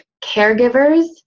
caregivers